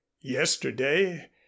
Yesterday